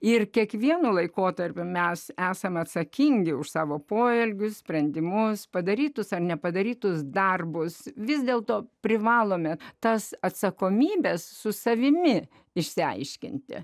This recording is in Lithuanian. ir kiekvienu laikotarpiu mes esame atsakingi už savo poelgius sprendimus padarytus ar nepadarytus darbus vis dėlto privalome tas atsakomybes su savimi išsiaiškinti